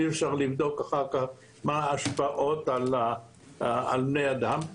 אי אפשר לבדוק אחר כך מה ההשפעות על בני האדם.